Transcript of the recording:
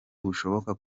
bushoboka